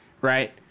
right